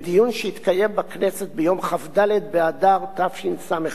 בדיון שהתקיים בכנסת ביום כ"ד באדר תשס"א,